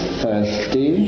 thirsty